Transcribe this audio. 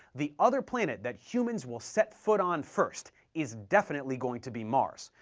the other planet that humans will set foot on first is definitely going to be mars,